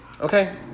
Okay